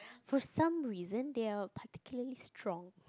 first time reason they are particularly strong